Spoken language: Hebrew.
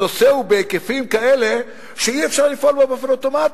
הנושא הוא בהיקפים כאלה שאי-אפשר לפעול בו באופן אוטומטי.